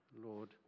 Lord